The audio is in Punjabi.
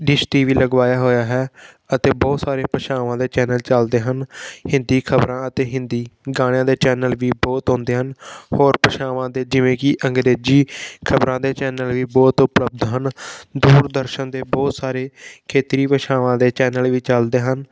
ਡਿਸ ਟੀ ਵੀ ਲਗਵਾਇਆ ਹੋਇਆ ਹੈ ਅਤੇ ਬਹੁਤ ਸਾਰੇ ਭਾਸ਼ਾਵਾਂ ਦੇ ਚੈਨਲ ਚੱਲਦੇ ਹਨ ਹਿੰਦੀ ਖਬਰਾਂ ਅਤੇ ਹਿੰਦੀ ਗਾਣਿਆਂ ਦੇ ਚੈਨਲ ਵੀ ਬਹੁਤ ਆਉਂਦੇ ਹਨ ਹੋਰ ਭਾਸ਼ਾਵਾਂ ਦੇ ਜਿਵੇਂ ਕਿ ਅੰਗਰੇਜ਼ੀ ਖਬਰਾਂ ਦੇ ਚੈਨਲ ਵੀ ਬਹੁਤ ਉਪਲਬਧ ਹਨ ਦੂਰਦਰਸ਼ਨ ਦੇ ਬਹੁਤ ਸਾਰੇ ਖੇਤਰੀ ਭਾਸ਼ਾਵਾਂ ਦੇ ਚੈਨਲ ਵੀ ਚੱਲਦੇ ਹਨ